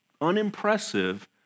unimpressive